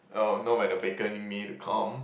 oh no when the baker need me to come